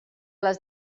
les